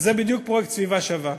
וזה בדיוק פרויקט "סביבה שווה".